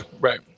Right